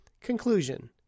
Conclusion